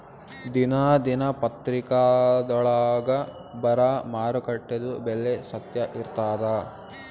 ದಿನಾ ದಿನಪತ್ರಿಕಾದೊಳಾಗ ಬರಾ ಮಾರುಕಟ್ಟೆದು ಬೆಲೆ ಸತ್ಯ ಇರ್ತಾದಾ?